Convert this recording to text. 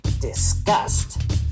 Disgust